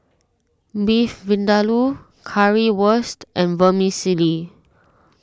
Beef Vindaloo Currywurst and Vermicelli